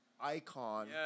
icon